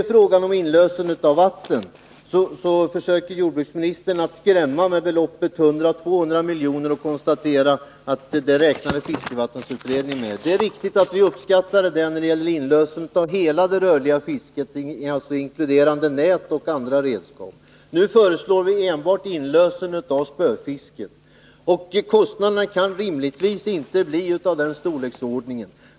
I fråga om inlösen av vatten försöker jordbruksministern att skrämma med att konstatera att fiskevattensutredningen räknar med ett belopp på 100-200 miljoner. Det är riktigt att vi uppskattade kostnaden till detta belopp för inlösen av hela det rörliga fisket, alltså inkluderande nät och andra redskap. Nu föreslår vi enbart inlösen av spöfisket, och kostnaderna kan rimligtvis inte bli av den storleksordningen.